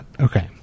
Okay